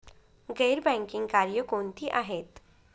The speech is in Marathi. गैर बँकिंग कार्य कोणती आहेत?